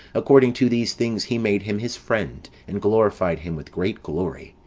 according to these things he made him his friend, and glorified him with great glory.